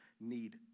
need